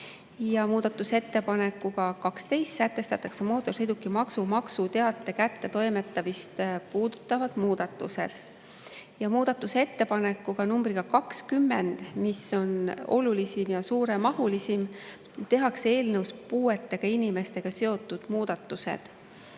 Muudatusettepanekuga nr 12 sätestatakse mootorsõidukimaksu maksuteate kättetoimetamist puudutavad muudatused. Muudatusettepanekuga nr 20, mis on olulisim ja suuremahulisim, tehakse eelnõus puuetega inimestega seotud muudatused.